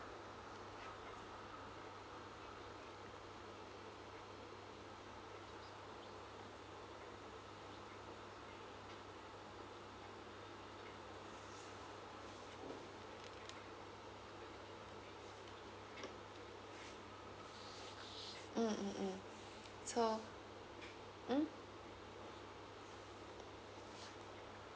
mm mm mm so mm